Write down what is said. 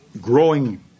growing